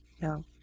No